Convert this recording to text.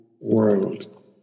world